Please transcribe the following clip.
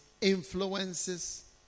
influences